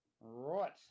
Right